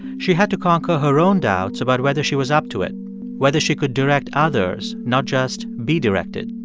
she had to conquer her own doubts about whether she was up to it whether she could direct others, not just be directed.